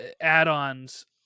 add-ons